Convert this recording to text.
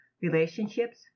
Relationships